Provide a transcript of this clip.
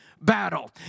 battle